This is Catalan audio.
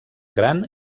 gran